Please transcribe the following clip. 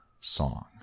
song